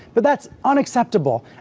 but that's unacceptable.